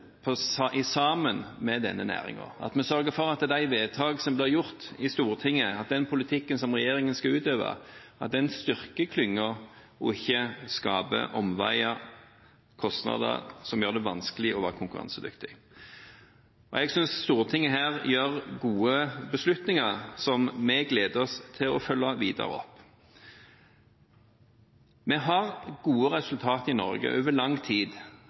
sammen med denne næringen, at vi sørger for at de vedtak som blir gjort i Stortinget, at den politikken som regjeringen skal utøve, styrker klyngen og ikke skaper omveier, kostnader, som gjør det vanskelig å være konkurransedyktig. Jeg synes Stortinget her tar gode beslutninger som vi gleder oss til å følge videre opp. Vi har hatt gode resultater i Norge over lang tid